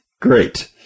Great